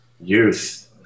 youth